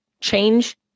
change